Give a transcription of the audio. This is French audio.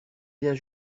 vient